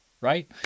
right